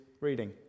reading